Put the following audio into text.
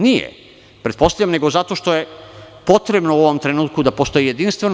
Nije, pretpostavljam da je zato što je potrebno u ovom trenutku da postoji jedinstveno.